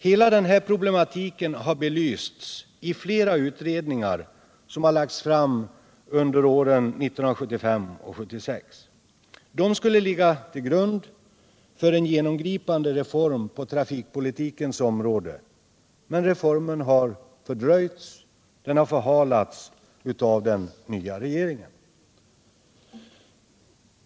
Hela den här problematiken har belysts i flera utredningar, som lagts fram under 1975 och 1976. Dessa skulle ligga som grund för en genomgripande reform på trafikpolitikens område, men reformen har fördröjts och förhalats av den nya regeringen.